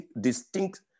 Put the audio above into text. distinct